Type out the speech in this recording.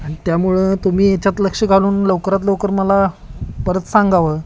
आणि त्यामुळं तुम्ही याच्यात लक्ष घालून लवकरात लवकर मला परत सांगावं